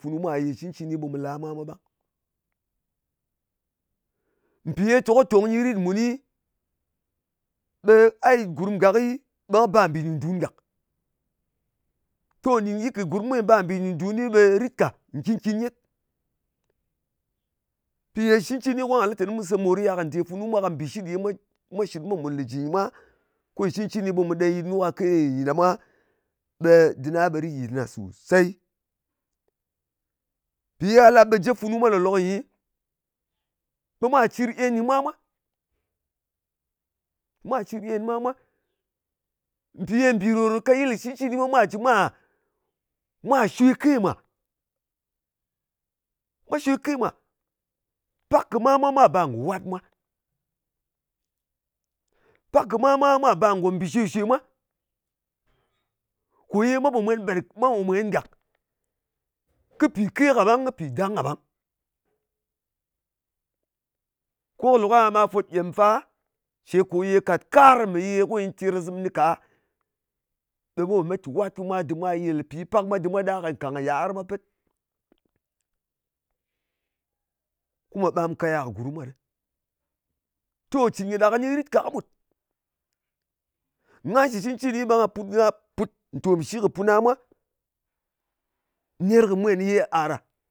Funu mwa ye cɨncɨn ɓe mu la mwa ɓang. Mpì ko tong nyɨ rit muni, ɓe a yit gurm gaki, ɓe kɨ bar mbì dùn-dun gàk. To nɗin yɨt kɨ gurm ko nyɨ bar mbì dùn-dunɨ, ɓe rit ka nkìn-kin nyet. Pi ye shɨ cɨncɨni, ko nga lɨ tèni mù sè mòriyà kɨ nde funu mwa, ka mbìshit ye mwa shit mwa mùn le jɨ nyɨ mwa, ko shɨ cɨncɨni, be mu ɗen yɨtnu kake nyì ɗa mwa, ɓe dɨna, ɓe rit yɨt na sosey. Mpì ye a lap, ɓe jep funu mwa ka lòlòk nyi, ɓe mwa cir en kɨ mwa mwa. Mwa cir en kɨ mwa mwa. Mpì ye mbì ròròt ka yɨl shɨ cɨncɨni mwa mwā jɨ mwa shwe ke mwà. Mwa shwe ke mwa. Pak kɨ mwa mwā mwa ba ngò wat mwa. Pak kɨ mwa mwa mwā ba ngò mbì shwè-shwe mwa. Kò ye mwa pò mwen ber, mwa pò mwen gàk, kɨ pì ke kàɓang, kɨ pì dang kàɓang. Ko kɨ lòk aha ɓa fwot gyem fa cē, kò ye kàt kar me ye ko nyɨ terkazɨm kɨni ka, ɓe mwa pò met kɨ wat, ko mwa dɨm mwa yel pi. Pak mwa dɨm mwa ɗak ka nkàng kɨ yiar mwa pet, ko mwà ɓam kaya kɨ gurm mwa ɗɨ. To, cɨn kɨ ɗa kɨni rit ka kɨɓut. Ngan shɨ cɨncɨni, ɓe nga put ntom shi kɨ puna mwa ner kɨ mwen yè a ɗa.